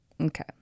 okay